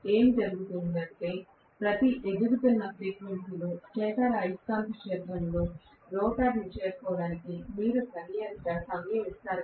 కాబట్టి ఏమి జరుగుతుందంటే ప్రతి పెరుగుతున్న ఫ్రీక్వెన్సీలో స్టేటర్ తిరిగే అయస్కాంత క్షేత్రంతో రోటర్ చేరుకోవడానికి మీరు తగిన సమయం ఇస్తారు